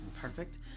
perfect